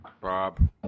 Bob